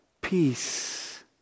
Peace